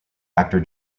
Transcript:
actor